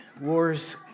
wars